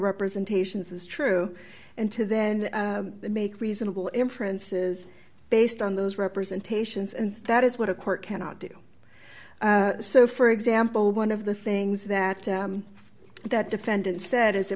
representations as true and to then make reasonable inferences based on those representations and that is what a court cannot do so for example one of the things that that defendant said is